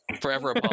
forever